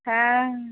हँ